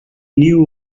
knew